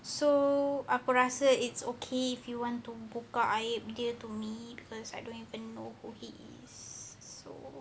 so aku rasa it's okay if you want to buka aib dia to me because I don't even know who he is so